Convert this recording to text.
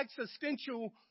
existential